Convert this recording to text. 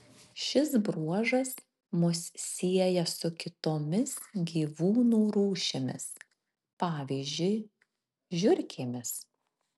šis bruožas mus sieja su kitomis gyvūnų rūšimis pavyzdžiui žiurkėmis